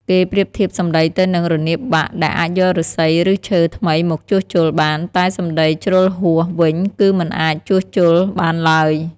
គេប្រៀបធៀបសម្តីទៅនឹង រនាបបាក់ ដែលអាចយកឫស្សីឬឈើថ្មីមកជួសជុលបាន តែ សម្ដីជ្រុលហួស វិញ គឺមិនអាចជួសជុលបានឡើយ។